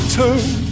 turn